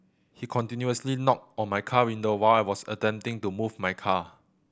he continuously knocked on my car window while I was attempting to move my car